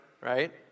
right